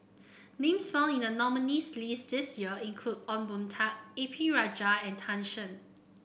names found in the nominees' list this year include Ong Boon Tat A P Rajah and Tan Shen